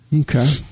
Okay